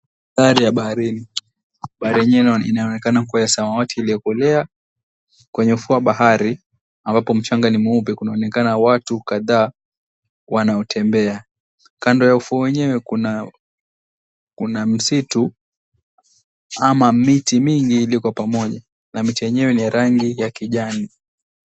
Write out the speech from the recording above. Hali ya baharini. Bahari yenyewe inaonekana kua ya rangi ya samawati iliyokolea .Kwenye ufuu wa bahari ambapo mchanga ni mweupe kunaonekana watu kadhaa wanaotembea . Kando ya ufuo wenyewe kuna misitu ama miti mingi iliyo kwa pamoja na miti yenyewe ni ya rangi ya kijani.